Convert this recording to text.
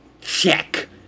check